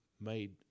made